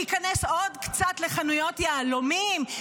להיכנס עוד קצת לחנויות יהלומים?